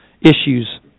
issues